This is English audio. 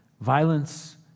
Violence